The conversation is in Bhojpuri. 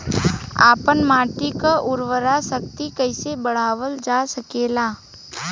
आपन माटी क उर्वरा शक्ति कइसे बढ़ावल जा सकेला?